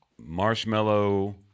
marshmallow